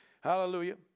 Hallelujah